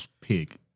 pig